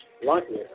Likely